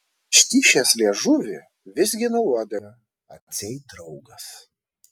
iškišęs liežuvį vizgino uodegą atseit draugas